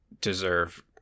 deserve